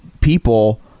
people